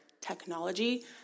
technology